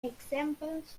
examples